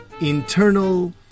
internal